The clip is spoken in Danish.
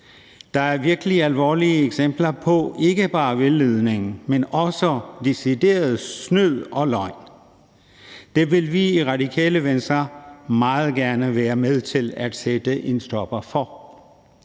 Der er virkelig alvorlige eksempler på ikke bare vildledning, men også decideret snyd og løgn. Det vil vi i Radikale Venstre meget gerne være med til at sætte en stopper for.